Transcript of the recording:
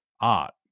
art